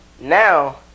Now